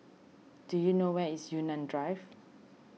do you know where is Yunnan Drive